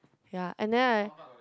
ya and then I